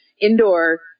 indoor